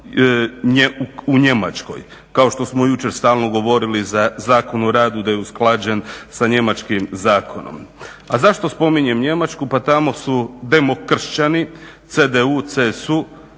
u Njemačkoj, kao što smo jučer stalno govorili za Zakon o radu, da je usklađen sa njemačkim zakonom. A zašto spominjem Njemačku? Pa tamo su demokršćani, CDU, CSU